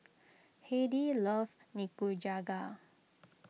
Hedy loves Nikujaga